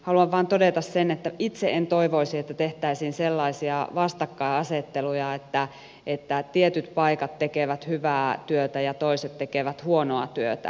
haluan vain todeta sen että itse en toivoisi että tehtäisiin sellaisia vastakkainasetteluja että tietyt paikat tekevät hyvää työtä ja toiset tekevät huonoa työtä